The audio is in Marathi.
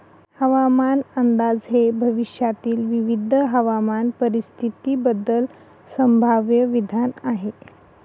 हवामान अंदाज हे भविष्यातील विविध हवामान परिस्थितींबद्दल संभाव्य विधान आहे